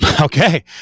Okay